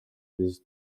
byose